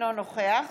אינו נוכח